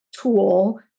tool